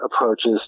approaches